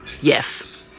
yes